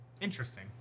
Interesting